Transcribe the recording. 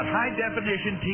high-definition